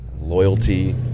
Loyalty